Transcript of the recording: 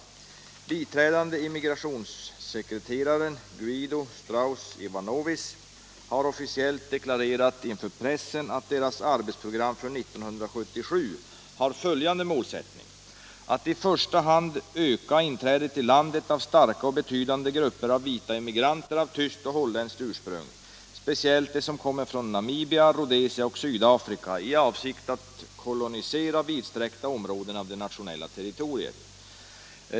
Biträdande immigrationssekreteraren Guido Strauss Ivanovis har officiellt deklarerat inför pressen att arbetsprogrammet för 1977 har som målsättning att ”i första hand öka inträdet i landet av starka och betydande grupper av vita immigranter av tyskt och holländskt ursprung, speciellt de som kommer från Namibia, Rhodesia och Sydafrika i avsikt att kolonisera vidsträckta områden av det nationella territoriet”.